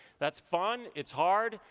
that's fun, it's hard.